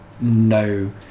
no